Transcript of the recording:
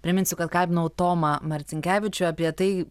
priminsiu kad kalbinau tomą marcinkevičių apie tai